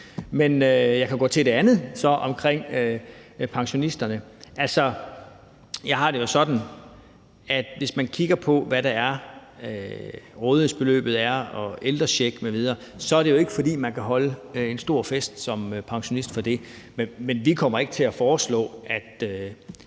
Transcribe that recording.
kan jeg gå til det andet omkring pensionisterne. Jeg har det sådan, at hvis man kigger på, hvad rådighedsbeløbet og ældrechecken m.v. er, er det jo ikke, fordi man kan holde en stor fest som pensionist for det. Men vi kommer ikke til at foreslå, at